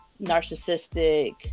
narcissistic